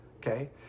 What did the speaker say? okay